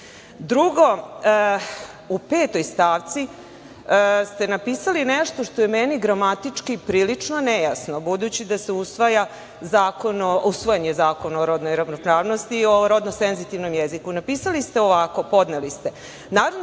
u petoj stavci ste napisali nešto što je meni gramatički prilično nejasno, budući da je usvojen Zakona o rodnoj ravnopravnosti, o rodno senzitivnom jeziku. Napisali ste ovako, podneli ste: